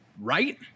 right